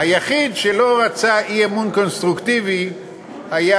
היחיד שלא רצה אי-אמון קונסטרוקטיבי היה